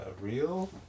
real